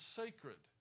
sacred